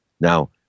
Now